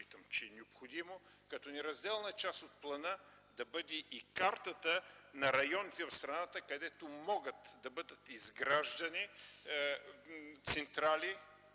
считам го за необходимо – като неразделна част от плана да бъде и картата на районите в страната, където могат да бъдат изграждани централи,